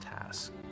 task